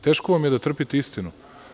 Teško vam je da trpite istinu.